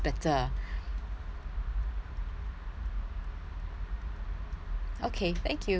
okay thank you